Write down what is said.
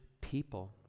people